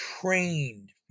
trained